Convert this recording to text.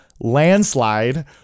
landslide